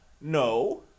No